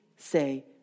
say